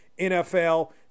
NFL